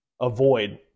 avoid